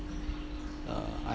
uh I